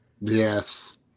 Yes